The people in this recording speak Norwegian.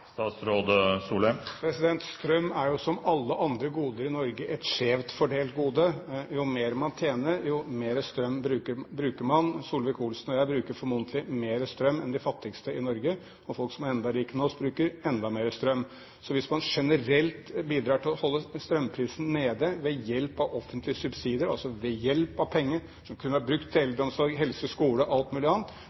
Strøm er jo som alle andre goder i Norge et skjevt fordelt gode. Jo mer man tjener, jo mer strøm bruker man. Solvik-Olsen og jeg bruker formodentlig mer strøm enn de fattigste i Norge, og folk som er enda rikere enn oss, bruker enda mer strøm. Så hvis man generelt bidrar til å holde strømprisen nede ved hjelp av offentlige subsidier, altså ved hjelp av penger som kunne vært brukt til eldreomsorg, helse, skole og alt mulig annet,